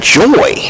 joy